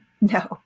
No